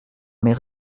mais